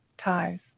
ties